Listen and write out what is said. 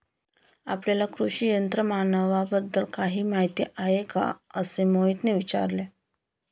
आपल्याला कृषी यंत्रमानवाबद्दल काही माहिती आहे का असे मोहितने विचारले?